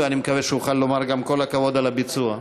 ואני מקווה שאוכל לומר גם כל הכבוד על הביצוע.